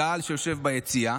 הקהל שיושב ביציע,